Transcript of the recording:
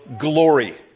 glory